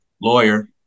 lawyer